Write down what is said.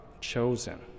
chosen